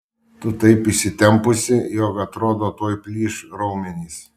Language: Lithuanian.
tu taip įsitempusi jog atrodo tuoj plyš raumenys